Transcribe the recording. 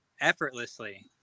effortlessly